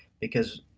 because